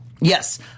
Yes